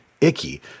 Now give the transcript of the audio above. icky